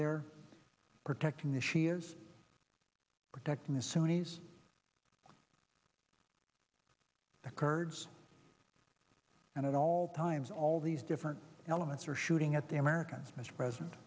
there protecting the shias protecting the sunni's the kurds and at all times all these different elements are shooting at the americans mr president